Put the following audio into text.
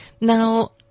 Now